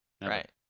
Right